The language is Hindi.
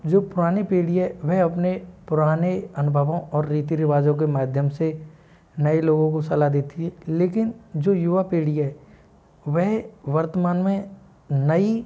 जो पुरानी पीढ़ी है वह अपने पुराने अनुभवों और रीति रिवाजों के माध्यम से नए लोगों को सलाह देती है लेकिन जो युवा पीढ़ी है वह वर्तमान में नई